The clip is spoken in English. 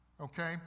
Okay